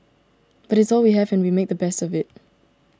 but it's all we have and we make the best of it